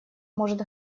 может